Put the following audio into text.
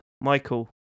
Michael